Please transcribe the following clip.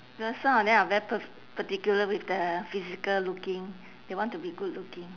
because some of them are very pa~ particular with the physical looking they want to be good looking